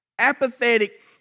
apathetic